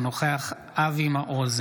אינו נוכח אבי מעוז,